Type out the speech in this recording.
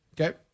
Okay